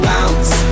Bounce